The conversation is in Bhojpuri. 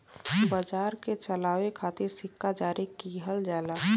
बाजार के चलावे खातिर सिक्का जारी किहल जाला